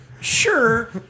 Sure